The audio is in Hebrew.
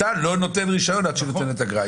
אתה לא נותן רישיון עד שלא משולמת האגרה.